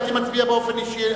הייתי מצביע באופן אישי.